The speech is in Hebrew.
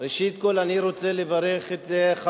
ראשית כול אני רוצה לברך את חברי,